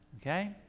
okay